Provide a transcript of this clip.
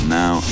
now